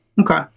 Okay